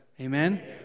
Amen